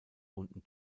runden